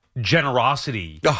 generosity